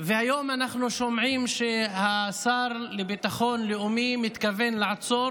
והיום אנחנו שומעים שהשר לביטחון לאומי מתכוון לעצור